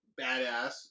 badass